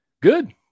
Good